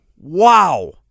Wow